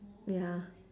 ya